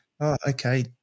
okay